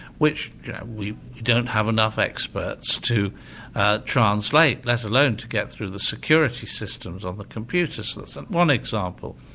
which we don't have enough experts to translate, let alone to get through the security systems on the computers, that's and one example.